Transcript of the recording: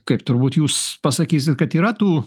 kaip turbūt jūs pasakysit kad yra tų